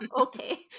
okay